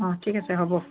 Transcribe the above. অঁ ঠিক আছে হ'ব